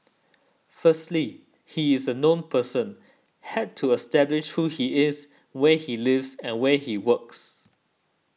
firstly he is a known person had to establish who he is where he lives and where he works